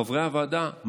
חברי הוועדה,